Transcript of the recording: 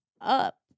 up